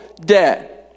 debt